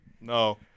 No